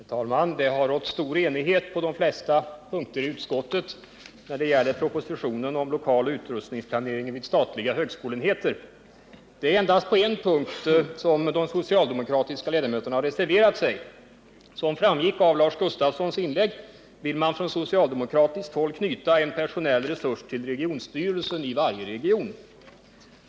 Herr talman! Det har rått stor enighet på de flesta punkter i utskottet när det gäller propositionen om lokaloch utrustningsplaneringen vid statliga högskoleenheter. Det är endast på en punkt som de socialdemokratiska ledamöterna har reserverat sig. Som framgick av Lars Gustafssons inlägg vill man från socialdemokratiskt håll knyta en personell resurs till regionstyrelsen i varje region.